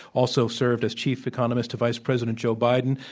also served as chief economist to vice president joe biden,